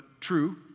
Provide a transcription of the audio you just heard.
True